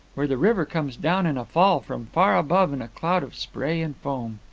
where the river comes down in a fall from far above in a cloud of spray and foam.